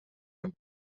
een